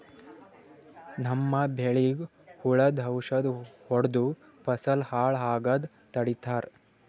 ನಮ್ಮ್ ಬೆಳಿಗ್ ಹುಳುದ್ ಔಷಧ್ ಹೊಡ್ದು ಫಸಲ್ ಹಾಳ್ ಆಗಾದ್ ತಡಿತಾರ್